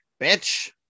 bitch